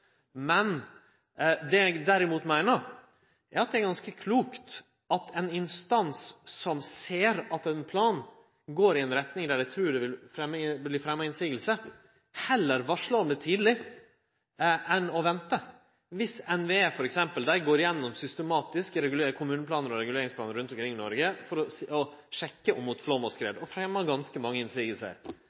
Det eg derimot meiner, er at det er ganske klokt at ein instans som ser at ein plan går i ei retning der ein trur at det vil verte fremja motsegner, heller varslar om det tidleg enn å vente. NVE går systematisk igjennom kommuneplanar og reguleringsplanar rundt omkring i Noreg for å sjekke mot flaum og skred, og fremjar ganske mange